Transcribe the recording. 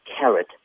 carrot